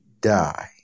die